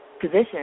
position